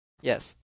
Yes